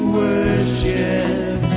worship